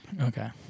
okay